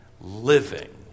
living